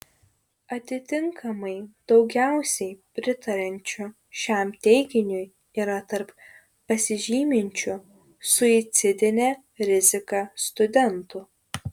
atitinkamai daugiausiai pritariančių šiam teiginiui yra tarp pasižyminčių suicidine rizika studentų